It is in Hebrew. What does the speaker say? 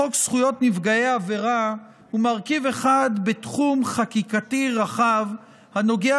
חוק זכויות נפגעי עבירה הוא מרכיב אחד בתחום חקיקתי רחב הנוגע